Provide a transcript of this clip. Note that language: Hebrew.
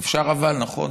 אפשר אבל, נכון?